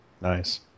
Nice